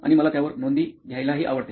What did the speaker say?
आणि मला त्यावर नोंदी घायला हि आवडते